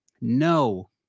No